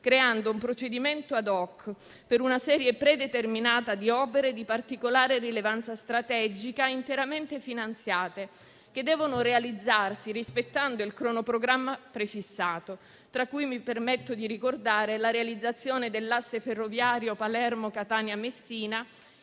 creando un procedimento *ad hoc* per una serie predeterminata di opere di particolare rilevanza strategica, interamente finanziate, che devono realizzarsi rispettando il cronoprogramma prefissato. Tra queste, mi permetto di ricordare la realizzazione dell'asse ferroviario Palermo-Catania-Messina